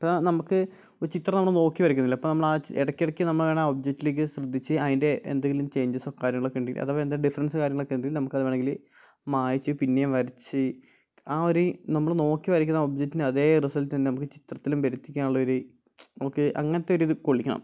ഇപ്പം നമുക്ക് ഒരു ചിത്രം നമ്മൾ നോക്കി വരയ്ക്കുന്നില്ലേ അപ്പം നമ്മൾ ആ ഇടയ്ക്കിടയ്ക്ക് നമ്മൾ ആണ് ആ ഒബ്ജക്റ്റിലേക്ക് ശ്രദ്ധിച്ച് അതിൻ്റെ എന്തെങ്കിലും ചേഞ്ചസോ കാര്യങ്ങളൊക്കെ ഉണ്ടെങ്കിൽ അഥവാ എന്തെങ്കിലും ഡിഫറൻസ് കാര്യം ഒക്കെ ഉണ്ടെങ്കിൽ നമുക്ക് അത് വേണമെങ്കിൽ മായിച്ച് പിന്നെയും വരച്ച് ആ ഒരു നമ്മൾ നോക്കി വരയ്ക്കുന്ന ആ ഒബ്ജെക്റ്റിൻ്റെ അതേ റിസൽട്ട് തന്നെ നമുക്ക് ചിത്രത്തിലും വരുത്തിക്കാനുള്ള ഒരു നമുക്ക് അങ്ങനെത്തെ ഒരു ഇത് കൊള്ളിക്കണം